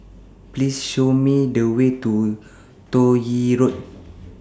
Please Show Me The Way to Toh Yi Road